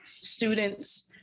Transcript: students